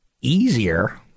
easier